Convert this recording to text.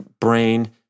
brain